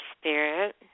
spirit